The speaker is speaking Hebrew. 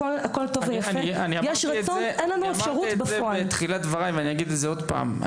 אני אמרתי את זה כבר אבל אגיד את זה עוד פעם.